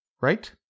right